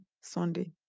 Sunday